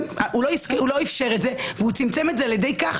הוא לא אפשר את זה וצמצם את זה על ידי כך